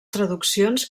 traduccions